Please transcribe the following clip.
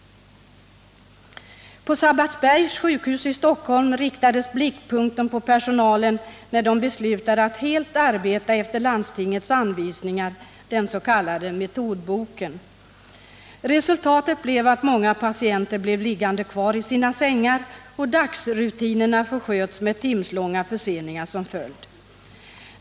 På Sabbatsbergs sjukhus i Stockholm riktades blickpunkten på personalen när den beslutade att helt arbeta efter landstingets anvisningar, den s.k. metodboken. Resultatet blev att många patienter blev liggande kvar i sina sängar, och dagsrutinerna försköts med timslånga förseningar som följd.